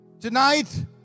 Tonight